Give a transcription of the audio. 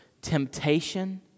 Temptation